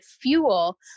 fuel